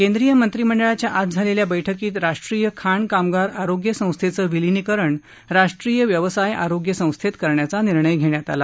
केंद्रीय मंत्रीमंडळाच्या आज झालेल्या बैठकीत राष्ट्रीय खाण कामगार आरोग्य संस्थेचं विलीनीकरण राष्ट्रीय व्यवसाय आरोग्य संस्थेत करण्याचा निर्णय घेण्यात आला